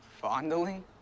Fondling